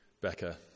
Becca